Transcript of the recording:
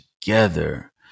together